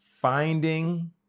finding